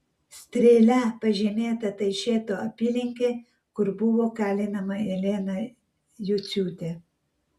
strėle pažymėta taišeto apylinkė kur buvo kalinama elena juciūtė